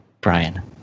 Brian